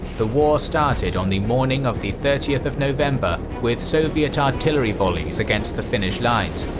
the war started on the morning of the thirtieth of november with soviet artillery volleys against the finnish lines,